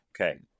Okay